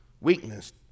Weakness